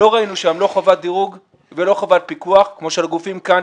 לא ראינו שם לא חובת דירוג ולא חובת פיקוח כמו של הגופים כאן,